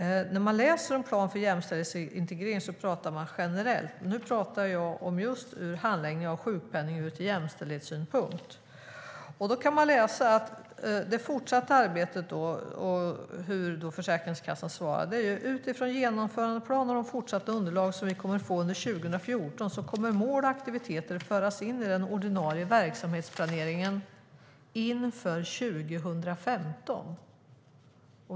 I planen för jämställdhetsintegrering pratar man generellt, men jag pratar om just handläggning av sjukpenning ur jämställdhetssynpunkt. I Försäkringskassans svar om det fortsatta arbetet kan man läsa: "Utifrån genomförandeplan och de fortsatta underlag som vi kommer att få under 2014 så kommer mål och aktiviteter att föras in i den ordinarie verksamhetsplaneringen inför 2015."